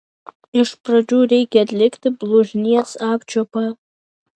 iš pradžių reikia atlikti blužnies apčiuopą